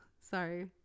sorry